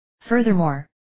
Furthermore